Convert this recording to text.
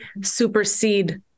supersede